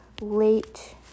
late